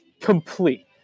complete